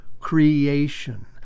creation